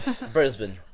Brisbane